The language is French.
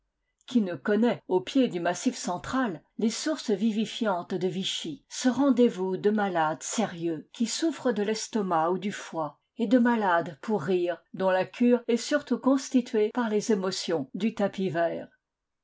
oui ne connaît au pied du massif central les sources vivifiantes de vichy ce rendez-vous de malades sérieux qui souffrent de l'estomac ou du foie et de malades pour rire dont la cure est surtout constituée par les émotions du tapis vert